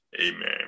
amen